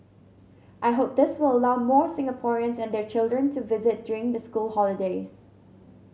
I hope this will allow more Singaporeans and their children to visit during the school holidays